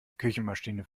küchenmaschine